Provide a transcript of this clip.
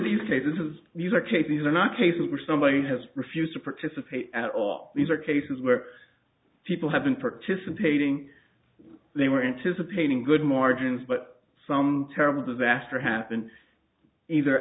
these cases these are case these are not cases where somebody has refused to participate at all these are cases where people have been participating they were anticipating good margins but some terrible disaster happened either